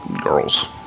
girls